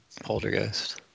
poltergeist